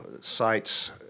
sites